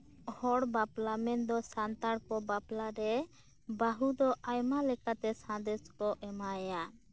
ᱦᱚᱲ ᱵᱟᱯᱞᱟ ᱢᱮᱱᱫᱚ ᱥᱟᱱᱛᱟᱲ ᱠᱚ ᱵᱟᱯᱞᱟᱨᱮ ᱵᱟᱹᱦᱩ ᱫᱚ ᱟᱭᱢᱟ ᱞᱮᱠᱟᱛᱮ ᱥᱟᱸᱫᱮᱥ ᱠᱚ ᱮᱢᱟᱭᱟ